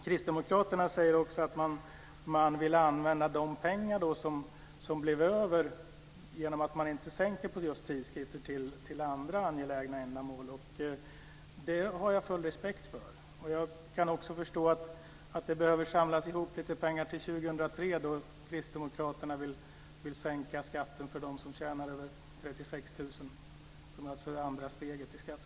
Kristdemokraterna säger också att man vill använda de pengar som blir över genom att man inte sänker skatten på tidskrifter till andra angelägna ändamål. Det har jag full respekt för. Jag kan också förstå att det behöver samlas ihop lite pengar till 2003